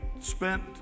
spent